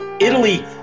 Italy